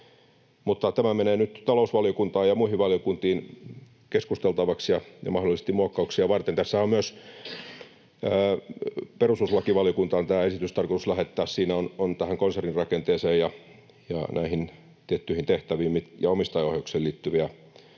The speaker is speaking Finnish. menee nyt talousvaliokuntaan ja muihin valiokuntiin keskusteltavaksi ja mahdollisesti muokkauksia varten — tämä esityshän on myös perustuslakivaliokuntaan tarkoitus lähettää. Siinä on tähän konsernin rakenteeseen ja näihin tiettyihin tehtäviin ja omistajaohjaukseen liittyviä